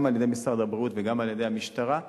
גם על-ידי משרד הבריאות וגם על-ידי המשטרה.